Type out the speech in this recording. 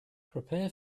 prepare